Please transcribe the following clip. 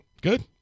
Good